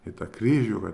į tą kryžių va